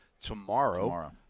tomorrow